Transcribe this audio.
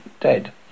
dead